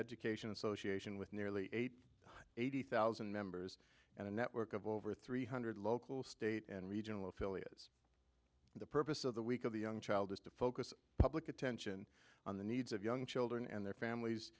education association with nearly eight eighty thousand members and a network of over three hundred local state and regional affiliates the purpose of the week of the young child is to focus public attention on the needs of young children and their families